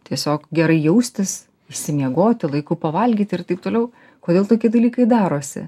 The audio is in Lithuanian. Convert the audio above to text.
tiesiog gerai jaustis išsimiegoti laiku pavalgyti ir taip toliau kodėl tokie dalykai darosi